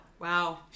Wow